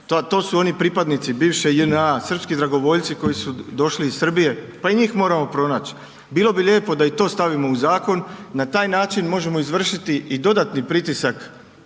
to su oni pripadnici bivše JNA, srpski dragovoljci koji su došli iz Srbije, pa i njih moramo pronaći. Bilo bi lijepo da i to stavimo u zakon. Na taj način možemo izvršiti i dodatni pritisak,